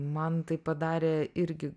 man tai padarė irgi